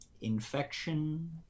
infection